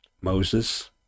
Moses